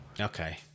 Okay